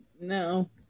No